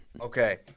Okay